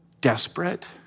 desperate